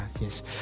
yes